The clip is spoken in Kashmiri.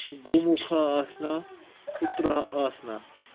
گُمُکھا آسنا اُترٛا آسنا